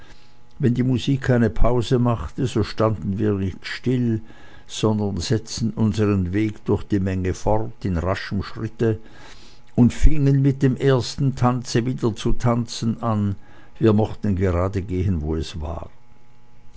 wenn die musik eine pause machte so standen wir nicht still sondern setzten unsern weg durch die menge fort in raschem schritte und fingen mit dem ersten tone wieder zu tanzen an wir mochten gerade gehen wo es war